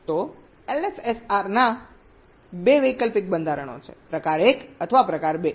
તો એલએફએસઆરના 2 વૈકલ્પિક બંધારણો છે પ્રકાર એક અથવા પ્રકાર 2